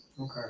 Okay